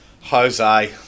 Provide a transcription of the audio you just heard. Jose